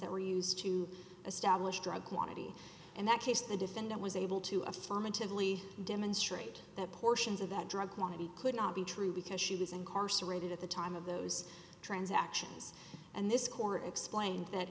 that were used to establish drug quantity in that case the defendant was able to affirmatively demonstrate that portions of that drug quantity could not be true because she was incarcerated at the time of those transactions and this court explained that